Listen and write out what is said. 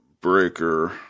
breaker